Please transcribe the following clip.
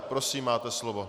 Prosím, máte slovo.